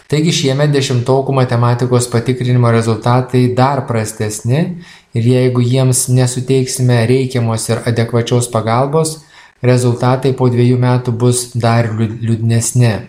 taigi šiemet dešimtokų matematikos patikrinimo rezultatai dar prastesni ir jeigu jiems nesuteiksime reikiamos ir adekvačios pagalbos rezultatai po dvejų metų bus dar liūdnesni